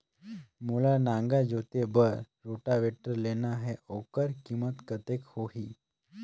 मोला नागर जोते बार रोटावेटर लेना हे ओकर कीमत कतेक होही?